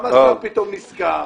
למה השר פתאום נזכר?